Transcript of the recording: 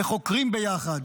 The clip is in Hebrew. חוקרים ביחד